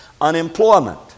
Unemployment